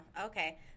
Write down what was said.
Okay